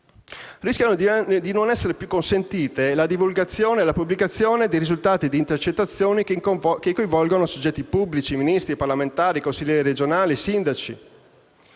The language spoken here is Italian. rischiano di non essere più consentite la divulgazione e la pubblicazione di risultati di intercettazioni che coinvolgono soggetti pubblici, Ministri, parlamentari, consiglieri regionali, sindaci